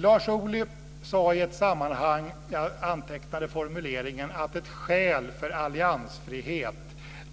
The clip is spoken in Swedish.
Lars Ohly sade i ett sammanhang, jag antecknade formuleringen, att ett skäl för alliansfrihet